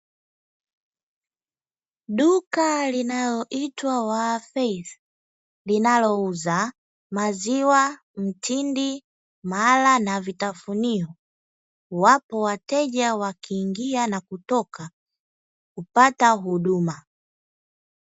Duka linaloitwa wafaithi linalouza maziwa, mtindi na vitafunio wapo wateja wanaingia na kutoka kupata huduma.